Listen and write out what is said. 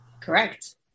Correct